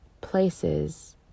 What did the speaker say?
places